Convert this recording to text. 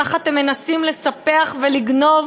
ככה אתם מנסים לספח ולגנוב